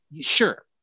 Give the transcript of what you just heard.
Sure